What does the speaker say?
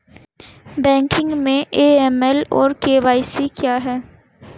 Banking में AML और KYC क्या हैं?